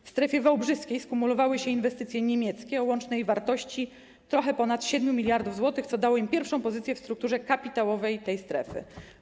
W strefie wałbrzyskiej skumulowały się inwestycje niemieckie o łącznej wartości trochę ponad 7 mld zł, co dało im pierwszą pozycję w strukturze kapitałowej tej strefy.